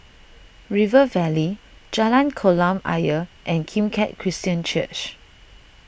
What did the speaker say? River Valley Jalan Kolam Ayer and Kim Keat Christian Church